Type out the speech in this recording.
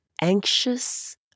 anxious